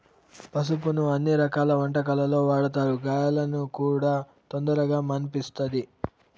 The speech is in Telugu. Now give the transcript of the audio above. పసుపును అన్ని రకాల వంటలల్లో వాడతారు, గాయాలను కూడా తొందరగా మాన్పిస్తది